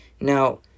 Now